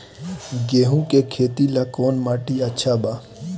गेहूं के खेती ला कौन माटी अच्छा बा?